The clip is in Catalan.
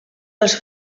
dels